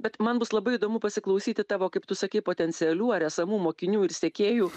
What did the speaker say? bet man bus labai įdomu pasiklausyti tavo kaip tu sakei potencialių ar esamų mokinių ir sekėjų